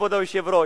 כבוד היושב-ראש,